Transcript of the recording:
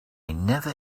never